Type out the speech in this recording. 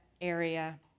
area